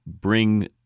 bring